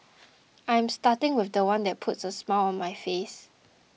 I am starting with the one that put a smile on my face